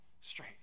straight